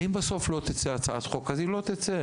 ואם לא תצא בסוף הצעת חוק אז היא לא תצא.